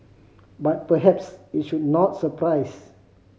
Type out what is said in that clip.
but perhaps it should not surprise